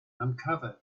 uncovered